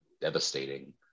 devastating